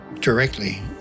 directly